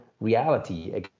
reality